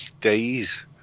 days